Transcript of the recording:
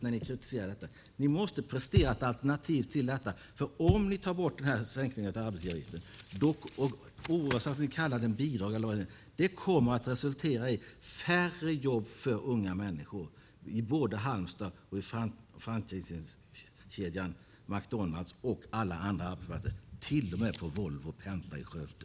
När ni kritiserar detta måste ni prestera ett alternativ. Om ni tar bort sänkningen av arbetsgivaravgiften, oavsett om ni kallar den för ett bidrag eller något annat, kommer det att resultera i färre jobb för unga människor i både Halmstad och på franchisekedjan McDonalds och alla andra arbetsplatser - till och med på Volvo Penta i Skövde.